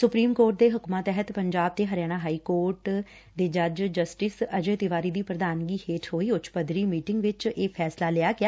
supreme Court ਦੇ ਹੁਕਮਾ ਤਹਿਤ ਪੰਜਾਬ ਤੇ ਹਰਿਆਣਾ ਹਾਈ ਕੋਰਟ ਦੇ ਜੱਜ ਜਸਟਿਸ ਅਜੇ ਤਿਵਾਰੀ ਦੀ ਪੁਧਾਨਗਰੀ ਹੇਠ ਹੋਈ ਉਚ ਪੱਧਰੀ ਮੀਟਿੰਗ ਵਿਚ ਇਹ ਫੈਸਲਾ ਲਿਆ ਗਿਆ